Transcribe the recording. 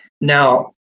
Now